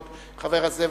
ועוד חברי כנסת.